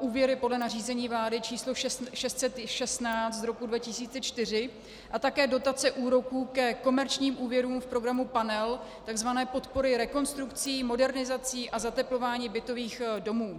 úvěry podle nařízení vlády č. 616 z roku 2004 a také dotace úroků ke komerčním úvěrům v programu Panel, tzv. podpory rekonstrukcí, modernizací a zateplování bytových domů.